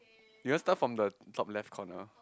you want start from the top left corner